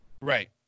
Right